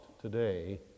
today